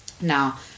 now